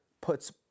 puts